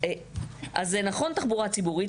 אז זה נכון תחבורה ציבורית,